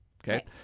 Okay